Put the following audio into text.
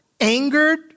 angered